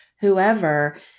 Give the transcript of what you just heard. whoever